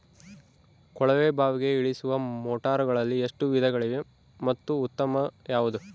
ಕೊಳವೆ ಬಾವಿಗೆ ಇಳಿಸುವ ಮೋಟಾರುಗಳಲ್ಲಿ ಎಷ್ಟು ವಿಧಗಳಿವೆ ಮತ್ತು ಉತ್ತಮ ಯಾವುದು?